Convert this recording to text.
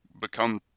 become